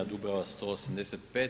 Dubrava 185.